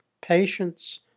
patience